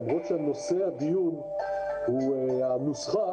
למרות שנושא הדיון הוא הנוסחה,